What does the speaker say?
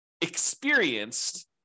experienced